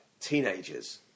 teenagers